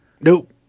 Nope